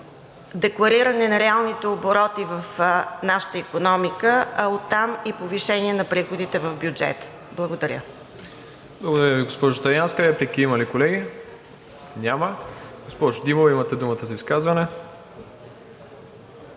деклариране на реалните обороти в нашата икономика, а оттам и до повишение на приходите в бюджета. Благодаря.